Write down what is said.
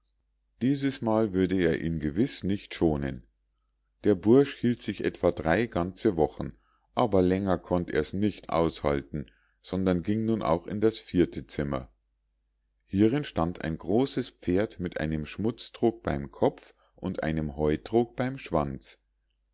dieses mal würde er ihn gewiß nicht schonen der bursch hielt sich etwa drei ganze wochen aber länger konnt er's nicht aushalten sondern ging nun auch in das vierte zimmer hierin stand ein großes pferd mit einem schmutztrog beim kopf und einem heutrog beim schwanz